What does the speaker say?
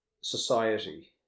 society